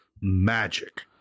magic